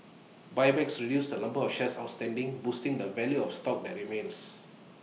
buybacks reduce the number of shares outstanding boosting the value of stock that remains